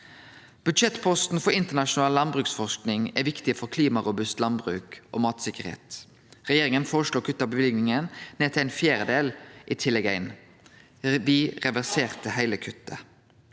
Budsjettposten for internasjonal landbruksforsking er viktig for klimarobust landbruk og matsikkerheit. Regjeringa føreslo å kutte løyvinga ned til ein fjerdedel i Tillegg 1. Me reverserte heile kuttet.